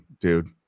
dude